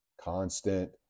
constant